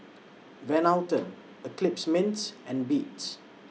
Van Houten Eclipse Mints and Beats